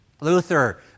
Luther